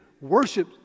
worship